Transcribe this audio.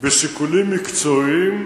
בשיקולים מקצועיים,